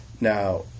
now